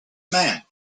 man